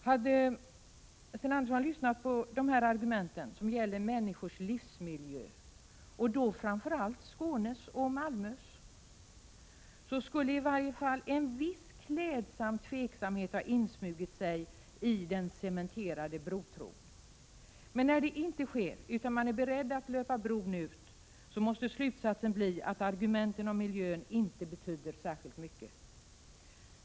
Hade Sten Andersson lyssnat på de argument som gäller människors livsmiljö, och då framför allt Skånes och Malmös, skulle i varje fall en viss klädsam tveksamhet ha insmugit sig i den cementerade brotron. Men när det inte sker, utan man är beredd att löpa bron ut, måste slutsatsen bli att argumenten om miljön inte betyder särskilt mycket.